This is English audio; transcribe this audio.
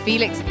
Felix